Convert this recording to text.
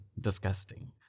disgusting